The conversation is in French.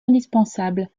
indispensables